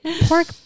pork